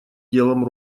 делом